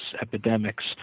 epidemics